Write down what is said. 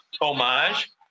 Homage